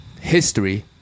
history